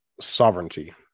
sovereignty